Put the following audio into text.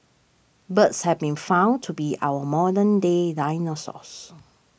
birds have been found to be our modern day dinosaurs